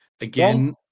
Again